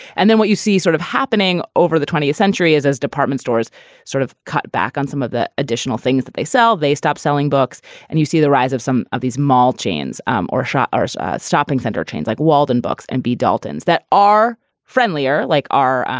and then what you see sort of happening over the twentieth century is as department stores sort of cut back on some of the additional things that they sell, they stop selling books and you see the rise of some of these mall chains um or shoppers stopping center chains like waldenbooks and b daltons that are friendlier, like, ah,